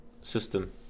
system